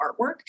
artwork